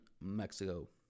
Mexico